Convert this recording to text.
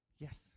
Yes